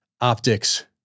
optics